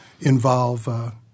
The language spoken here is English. involve –